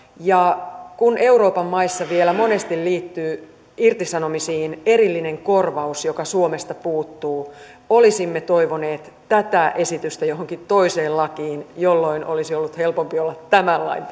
ja kun euroopan maissa vielä monesti liittyy irtisanomisiin erillinen korvaus joka suomesta puuttuu olisimme toivoneet tätä esitystä johonkin toiseen lakiin jolloin olisi ollut helpompi olla tämän lain